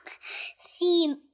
see